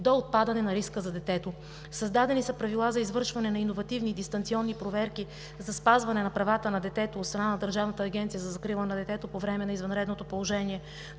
до отпадане риска за детето. Създадени са правила за извършване на иновативни дистанционни проверки за спазване правата на детето от страна на Държавната агенция за закрила на детето по време на извънредното положение.